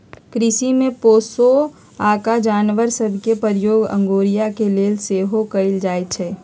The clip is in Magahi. कृषि में पोशौआका जानवर सभ के प्रयोग अगोरिया के लेल सेहो कएल जाइ छइ